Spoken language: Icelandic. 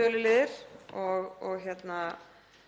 töluliðir og með